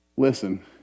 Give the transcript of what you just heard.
Listen